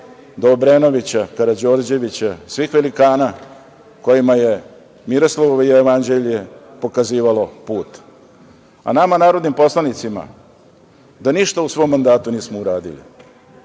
do Obrenovića, Karađorđevića, svih velikana kojima je Miroslavljevo jevanđelje pokazivalo put, a nama narodnim poslanicima da ništa u svom mandatu nismo uradili